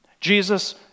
Jesus